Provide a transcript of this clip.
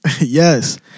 Yes